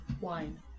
Wine